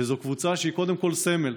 וזו קבוצה שהיא קודם כול סמל.